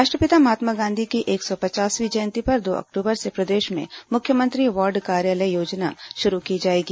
राष्ट्रपिता महात्मा गांधी की एक सौ पचासवीं जयंती पर दो अक्टूबर से प्रदेश में मुख्यमंत्री वार्ड कार्यालय योजना शुरू की जाएगी